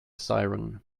siren